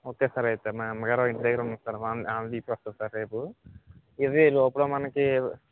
okay sir అయితే మా అమ్మగారు ఇంటి దగ్గర ఉంటారు ఆవిడని తీసుకు వస్తా సార్ రేపు ఇవి ఈ లోపల మనకి